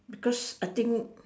because I think